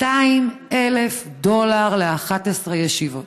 200,000 דולר ל-11 ישיבות.